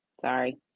Sorry